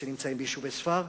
שנמצאים ביישובי ספר,